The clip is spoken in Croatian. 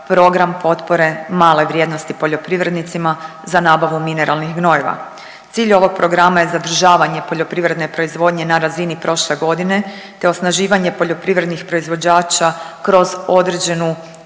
program potpore male vrijednosti poljoprivrednicima za nabavu mineralnih gnojiva. Cilj ovog programa je zadržavanje poljoprivredne proizvodnje na razini prošle godine te osnaživanje poljoprivrednih proizvođača kroz određenu